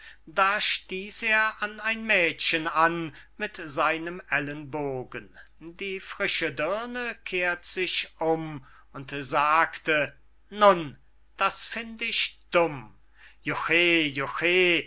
da stieß er an ein mädchen an mit seinem ellenbogen die frische dirne kehrt sich um und sagte nun das find ich dumm juchhe